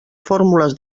fórmules